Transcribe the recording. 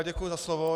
Děkuji za slovo.